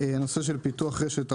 פיתוח רשת ההולכה.